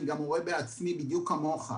ואני גם רואה בעצמי בדיוק כמוך.